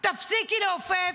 תפסיקי לעופף,